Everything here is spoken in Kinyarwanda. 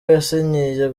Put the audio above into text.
yasinyiye